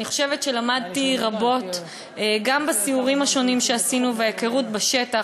אני חושבת שלמדתי רבות גם בסיורים השונים שעשינו וההיכרות בשטח.